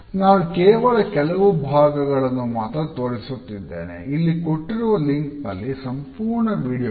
ನಾನು ಕೇವಲ ಕೆಲವು ಭಾಗಗಳನ್ನು ಮಾತ್ರ ತೋರಿಸುತ್ತಿದ್ದೇನೆ ಇಲ್ಲಿ ಕೊಟ್ಟಿರುವ ಲಿಂಕ್ ನಲ್ಲಿ ಸಂಪೂರ್ಣ ವೀಡಿಯೋ ಇದೆ